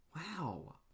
wow